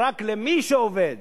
רק למי שעובד.